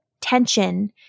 Tension